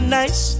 nice